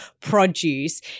produce